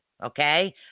Okay